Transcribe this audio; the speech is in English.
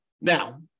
Now